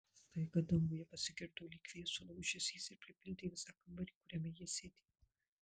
staiga danguje pasigirdo lyg viesulo ūžesys ir pripildė visą kambarį kuriame jie sėdėjo